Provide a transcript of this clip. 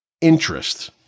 interest